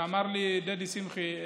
אמר לי דדי שמחי,